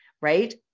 right